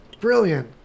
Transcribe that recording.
Brilliant